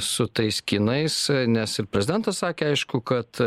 su tais kinais nes ir prezidentas sakė aišku kad